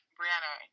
Brianna